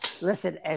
listen